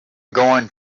going